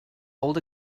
old